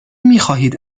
میخواهید